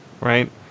right